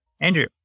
Andrew